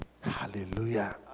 Hallelujah